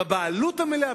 בבעלות המלאה,